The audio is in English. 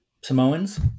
Samoans